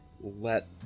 let